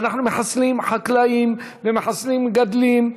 ואנחנו מחסלים חקלאים ומחסלים מגדלים.